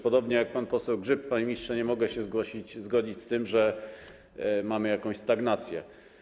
Podobnie jak pan poseł Grzyb, panie ministrze, nie mogę się zgodzić z tym, że mamy jakąś stagnację.